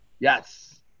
Yes